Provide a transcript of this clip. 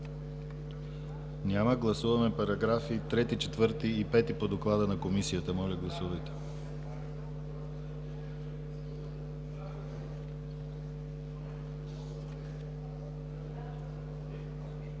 Няма. Гласуваме параграфи 3, 4 и 5 по доклада на Комисията. Гласували